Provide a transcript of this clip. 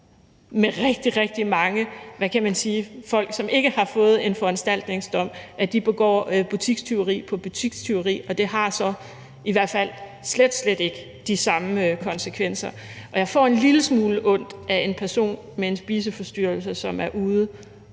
med rigtig, rigtig mange folk, som ikke har fået en foranstaltningsdom. Hvis de begår butikstyveri på butikstyveri, har det i hvert fald så slet, slet ikke de samme konsekvenser. Jeg får en lille smule ondt af en person med en spiseforstyrrelse, som er ude